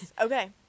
Okay